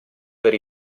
per